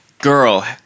girl